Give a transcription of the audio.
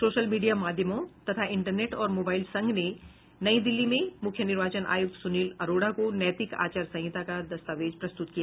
social media माध्यमों तथा internet और मोबाइल संघ ने नई दिल्ली में मुख्य निर्वाचन आयुक्त सुनील अरोड़ा को नैतिक आचार संहिता का दस्तावेज प्रस्तुत किया